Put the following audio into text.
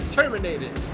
terminated